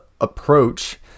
approach